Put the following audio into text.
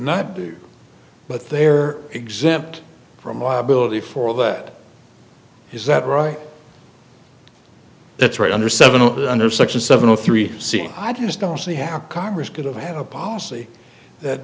not do but they're exempt from liability for that is that right that's right under seven under section seven zero three c i just don't see how congress could have a policy that